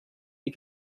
die